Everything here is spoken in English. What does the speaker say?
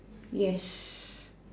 yes